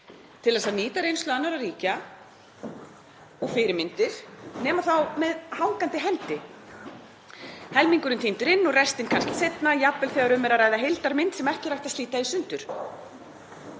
til þess að nýta reynslu annarra ríkja og fyrirmyndir nema þá með hangandi hendi, helmingurinn tíndur inn og restin kannski seinna, jafnvel þegar um er að ræða heildarmynd sem ekki er hægt að slíta í sundur.